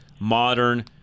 modern